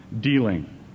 dealing